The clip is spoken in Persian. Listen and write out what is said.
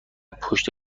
پشت